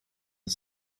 the